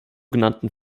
genannten